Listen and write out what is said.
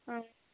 آ